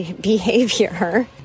behavior